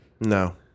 No